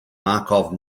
markov